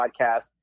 podcast